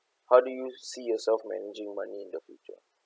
how do you see yourself managing money in the future